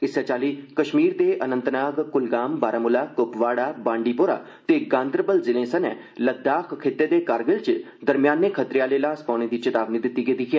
इस्सै चाल्ली कश्मीर दे अनंतनाग कुलगाम बारामूला कुपवाड़ा बांडीपोरा ते गांदरबल जिले सने लद्दाख खित्ते दे करगिल च दरम्याने खतरे आहले ल्हास पौने दी चेतावनी दित्ती गेई ऐ